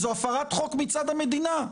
זו הפרת חוק מצד המדינה.